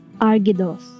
argidos